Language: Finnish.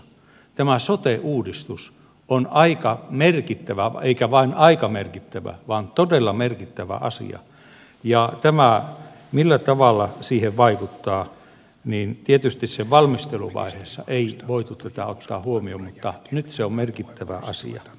tämä sote uudistus on aika merkittävä eikä vain aika merkittävä vaan todella merkittävä asia ja sitä millä tavalla tämä siihen vaikuttaa ei tietystikään tämän valmisteluvaiheessa voitu ottaa huomioon mutta nyt se on merkittävä asia